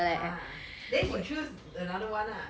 !huh! then choose another [one] ah